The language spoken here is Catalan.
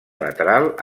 lateral